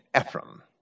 Ephraim